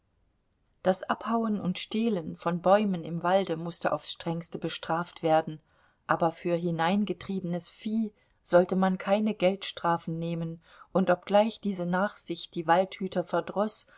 das abhauen und stehlen von bäumen im walde mußte aufs strengste bestraft werden aber für hineingetriebenes vieh sollte man keine geldstrafen nehmen und obgleich diese nachsicht die waldhüter verdroß